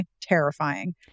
terrifying